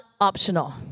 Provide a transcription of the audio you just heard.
optional